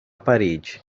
parede